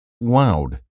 loud